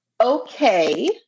okay